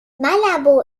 malabo